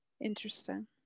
Interesting